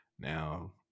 Now